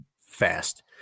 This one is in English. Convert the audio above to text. fast